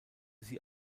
sie